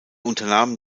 unternahm